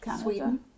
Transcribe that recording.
Sweden